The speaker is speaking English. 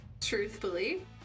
truthfully